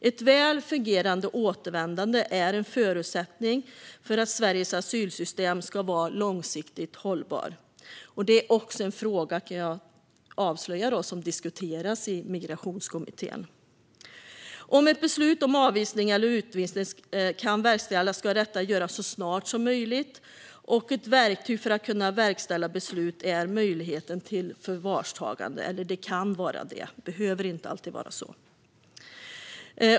Ett väl fungerande återvändande är en förutsättning för att Sveriges asylsystem ska vara långsiktigt hållbart. Det är också en fråga, kan jag avslöja, som diskuteras i Migrationskommittén. Om ett beslut om avvisning eller utvisning kan verkställas ska detta göras så snart som möjligt, och ett verktyg för att kunna verkställa beslut är möjligheten till förvarstagande. Eller det kan vara det; det behöver inte alltid vara så.